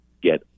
Get